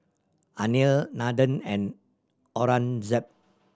Anil Nandan and Aurangzeb